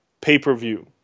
pay-per-view